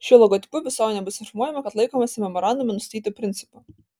šiuo logotipu visuomenė bus informuojama kad laikomasi memorandume nustatytų principų